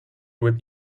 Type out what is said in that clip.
with